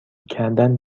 کردن